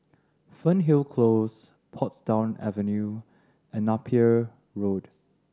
Fernhill Close Portsdown Avenue and Napier Road